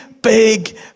Big